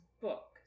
book